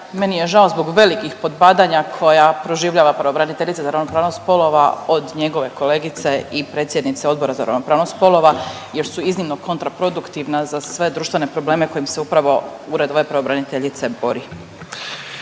meni je žao zbog velikih podbadanja koja proživljava pravobraniteljica za ravnopravnost spolova od njegove kolegice i predsjednice Odbora za ravnopravnost spolova jer su iznimno kontraproduktivna za sve društvene probleme kojim se upravo ured ove pravobraniteljice bori.